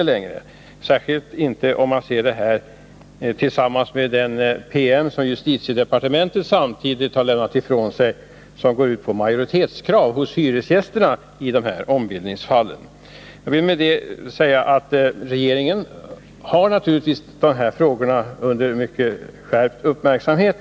Det gäller särskilt med tanke på den PM som justitiedepartementet samtidigt har lagt fram och som går ut på att krav skall ställas på majoritet bland hyresgästerna för ombildningen. Jag vill med detta säga att regeringen naturligtvis har dessa frågor under mycket skärpt uppmärksamhet.